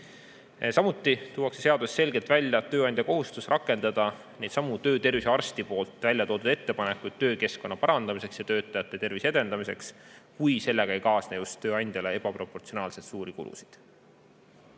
Samuti tuuakse seaduses selgelt välja tööandja kohustus rakendada neidsamu töötervishoiuarsti väljatoodud ettepanekuid töökeskkonna parandamiseks ja töötajate tervise edendamiseks, kui sellega ei kaasne tööandjale ebaproportsionaalselt suuri kulusid.